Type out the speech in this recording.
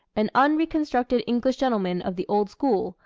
an unreconstructed english gentleman of the old school,